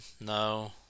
no